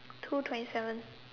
two twenty seven